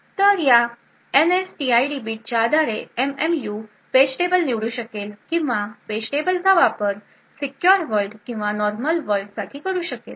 तर या एनएसटीआयडी बिटच्या आधारे एमएमयू पेज टेबल निवडू शकेल किंवा पेज टेबलचा वापर सीक्युर वर्ल्ड किंवा नॉर्मल वर्ल्ड साठी करू शकेल